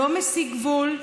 לא מסיג גבול,